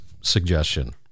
suggestion